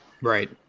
right